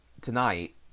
tonight